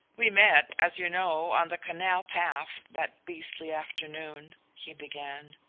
we met, as you know, on the canal path that beastly afternoon, he began.